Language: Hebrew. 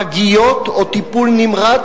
פגיות או טיפול נמרץ,